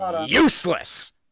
useless